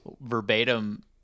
verbatim